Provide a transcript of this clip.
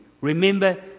Remember